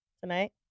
Tonight